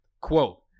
Quote